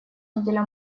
неделя